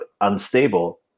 unstable